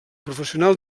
professional